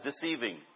deceiving